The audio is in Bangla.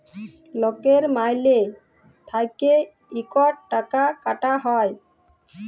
লকের মাইলে থ্যাইকে ইকট টাকা কাটা হ্যয়